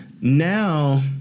Now